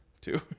Two